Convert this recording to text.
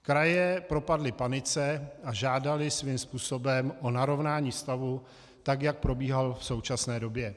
Kraje propadly panice a žádaly svým způsobem o narovnání stavu, tak jak probíhal v současné době.